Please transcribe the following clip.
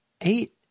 eight